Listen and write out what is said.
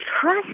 trust